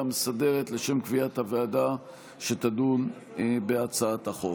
המסדרת לשם קביעת הוועדה שתדון בהצעת החוק.